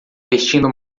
vestindo